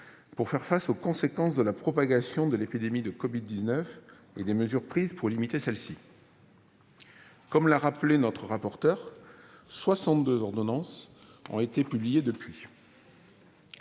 pour faire face aux conséquences de la propagation de l'épidémie de covid-19 et des mesures prises pour limiter celle-ci. Comme l'a rappelé notre rapporteur, soixante-deux ordonnances ont été publiées depuis.